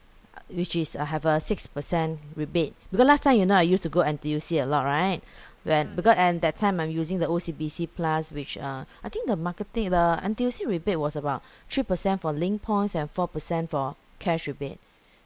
which is I have a six percent rebate because last time you know I used to go N_T_U_C a lot right when because and that time I'm using the O_C_B_C plus which uh I think the marketing the N_T_U_C rebate was about three percent for link points and four percent for cash rebate